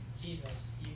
Jesus